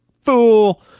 fool